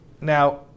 Now